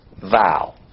vow